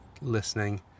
listening